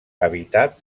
habitat